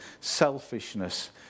selfishness